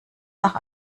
nach